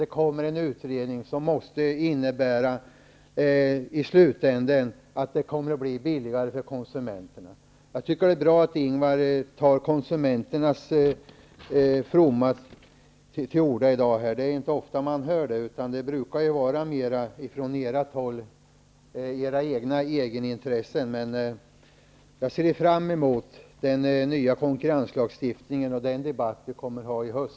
Det kommer en utredning som i slutänden måste innebära att det kommer att bli billigare för konsumenterna. Det är bra att Ingvar Eriksson tar till orda till konsumenternas fromma här i dag. Det är inte ofta man hör det. Från ert håll brukar det mera gälla era egenintressen. Jag ser fram mot den nya konkurrenslagstiftningen och den debatt vi kommer att ha i höst.